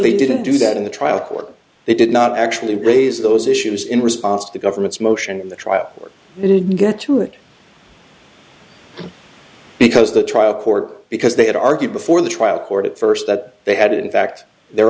likely didn't do that in the trial court they did not actually raise those issues in response to the government's motion in the trial or they didn't get to it because the trial court because they had argued before the trial court at first that they had in fact their